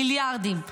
מיליארדים,